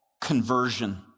conversion